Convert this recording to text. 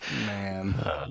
Man